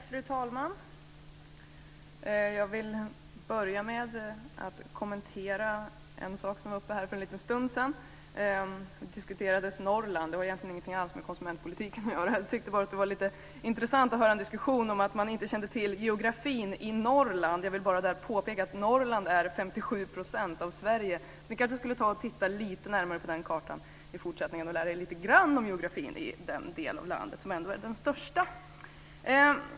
Fru talman! Jag vill börja med att kommentera en sak som var uppe för en stund sedan. Man diskuterade Norrland. Det har egentligen ingenting alls med konsumentpolitiken att göra, men jag tyckte att det var lite intressant att höra att man inte kände till geografin i Norrland. Jag vill bara påpeka att Norrland är 57 % av Sverige. Ni kanske skulle titta lite närmare på kartan och lära er lite grann om geografin den del av landet som ändå är den största.